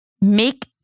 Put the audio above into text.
make